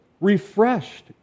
refreshed